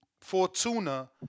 Fortuna